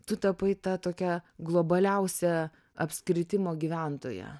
tu tapai ta tokia globaliausia apskritimo gyventoja